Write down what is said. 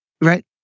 Right